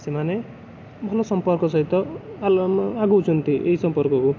ସେମାନେ ଭଲ ସମ୍ପର୍କ ସହିତ ଅନଲାଇନ୍ରେ ଆଗଉଛନ୍ତି ଏଇ ସମ୍ପର୍କକୁ